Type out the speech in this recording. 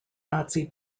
nazi